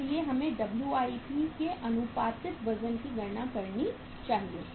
इसलिए हमें WIP के आनुपातिक वजन की गणना करनी चाहिए